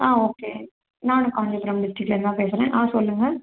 ஆ okay நானும் அவனியாபுரம் இன்ஸ்டிட்யூட்லேருந்து தான் பேசுகிறேன் ஆ சொல்லுங்க